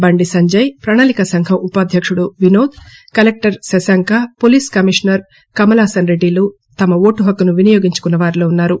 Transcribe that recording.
బండి సంజయ్ ప్రణాళిక సంఘం ఉపాధ్యకుడు Vinod collector Shashank police commissioner Kamalasan రెడ్డిలు తమ ఓటు హక్కును వినియోగించుకున్న వారిలో ఉన్సారు